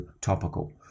topical